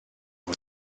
fod